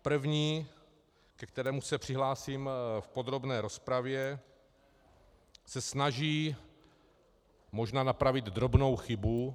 První, ke kterému se přihlásím v podrobné rozpravě, se snaží možná napravit drobnou chybu.